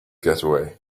getaway